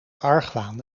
argwaan